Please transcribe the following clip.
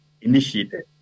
initiated